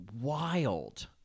wild